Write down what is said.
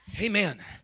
Amen